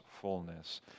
fullness